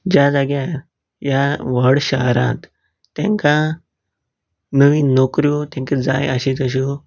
ज्या जाग्यार ह्या व्हड शारांत तेंकां नवीन नोकऱ्यो तेंकां जाय आशिल्ल्यो तश्यो